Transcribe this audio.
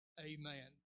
Amen